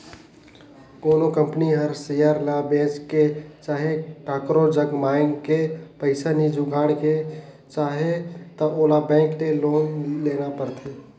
कोनो कंपनी हर सेयर ल बेंच के चहे काकरो जग मांएग के पइसा नी जुगाड़ के चाहे त ओला बेंक ले लोन लेना परथें